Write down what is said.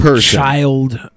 child